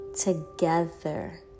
together